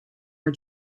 are